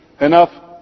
enough